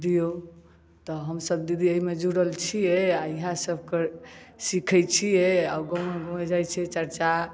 दिऔ तऽ हमसब दीदी एहिमे जुड़ल छिए इएहसब सीखै छिए आओर गामे गामे जाइ छिए चर्चा